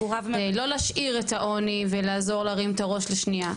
לא להשאיר את העוני ולעזור להרים את הראש לשנייה,